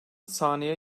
sahneye